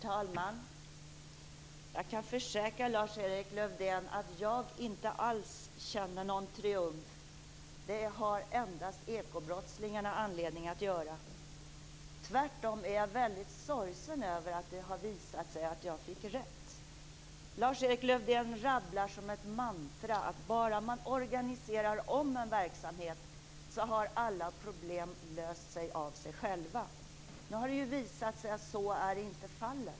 Herr talman! Jag kan försäkra Lars-Erik Lövdén att jag inte alls känner någon triumf. Det har endast ekobrottslingarna anledning att göra. Tvärtom är jag väldigt sorgsen över att det har visat sig att jag fick rätt. Lars-Erik Lövdén rabblar som ett mantra att bara man organiserar om en verksamhet löser sig alla problem av sig själva. Nu har det ju visat sig att så inte är fallet.